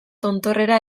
tontorrera